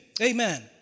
Amen